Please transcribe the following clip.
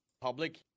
public